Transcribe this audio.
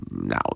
now